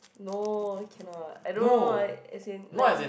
no cannot I don't know uh as in like